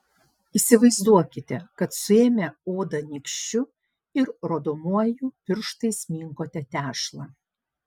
įsivaizduokite kad suėmę odą nykščiu ir rodomuoju pirštais minkote tešlą